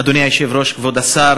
אדוני היושב-ראש, כבוד השר,